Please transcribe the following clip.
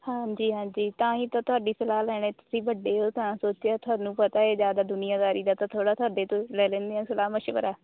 ਹਾਂਜੀ ਹਾਂਜੀ ਤਾਂ ਹੀ ਤਾਂ ਤੁਹਾਡੀ ਸਲਾਹ ਲੈਣੀ ਤੁਸੀਂ ਵੱਡੇ ਹੋ ਤਾਂ ਸੋਚਿਆ ਤੁਹਾਨੂੰ ਪਤਾ ਹੈ ਜ਼ਿਆਦਾ ਦੁਨੀਆਦਾਰੀ ਦਾ ਤਾਂ ਥੋੜ੍ਹਾ ਤੁਹਾਡੇ ਤੋਂ ਲੈ ਲੈਦੇ ਹਾਂ ਸਲਾਹ ਮਸ਼ਵਰਾ